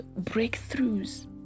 breakthroughs